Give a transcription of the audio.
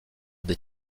des